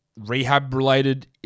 rehab-related